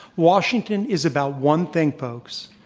washington is about one thing, folks,